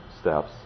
steps